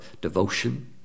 devotion